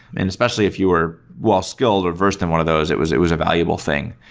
and especially if you are well-skilled or versed in one of those, it was it was a valuable thing.